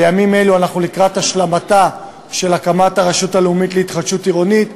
בימים אלו אנחנו לקראת השלמת הקמת הרשות הלאומית להתחדשות עירונית,